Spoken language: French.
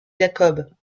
jacobs